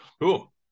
cool